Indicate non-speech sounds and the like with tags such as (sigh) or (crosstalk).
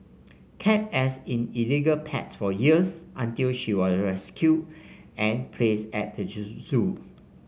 kept as in illegal pet for years until she was rescued and placed at the (unintelligible) zoo